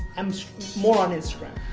i'm more on instagram.